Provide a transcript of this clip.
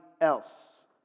else